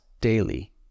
daily